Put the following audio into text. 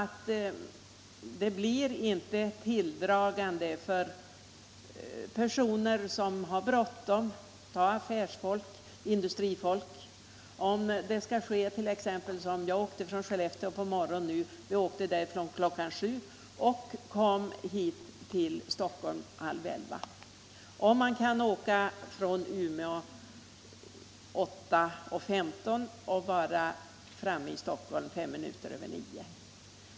Resenärer som har bråttom, t.ex. affärsmän och industrifolk, anser det självfallet inte lockande att flyga hemifrån kl. 7.00 på morgonen och vara i Stockholm kl. 10.30, om man i stället kan flyga från Umeå kl. 8.15 och vara framme i Stockholm kl. 9.05.